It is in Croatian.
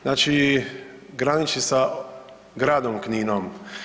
Znači graniči sa Gradom Kninom.